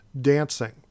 dancing